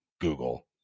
Google